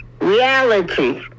reality